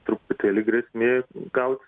truputėlį grėsmė gaut